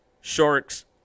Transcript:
Sharks